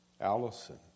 Allison